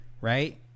Right